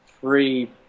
three